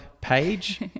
Page